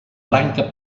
branca